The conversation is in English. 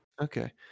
okay